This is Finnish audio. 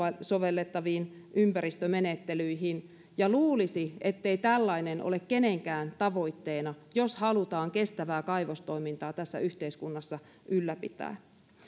sovellettaviin ympäristömenettelyihin ja luulisi ettei tällainen ole kenenkään tavoitteena jos halutaan kestävää kaivostoimintaa tässä yhteiskunnassa ylläpitää